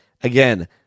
again